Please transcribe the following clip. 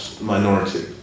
minority